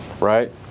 right